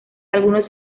algunos